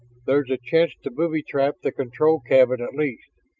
there is a chance to booby trap the control cabin at least.